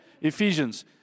Ephesians